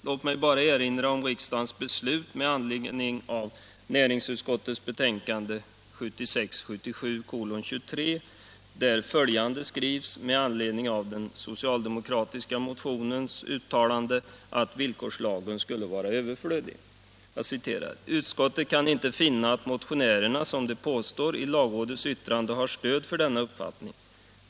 Låt mig bara erinra om riksdagens beslut med anledning av näringsutskottets betänkande 1976/77:23, där följande skrevs med anledning av den socialdemokratiska motionens uttalande, att villkorslagen skulle vara överflödig: ”Utskottet kan inte finna att motionärerna, som de påstår, i lagrådets yttrande har stöd för denna uppfattning.